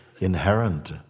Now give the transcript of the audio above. inherent